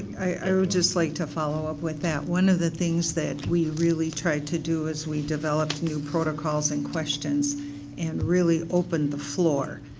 would just like to follow up with that. one of the things that we really tried to do as we developed new protocols and questions and really opened the floor,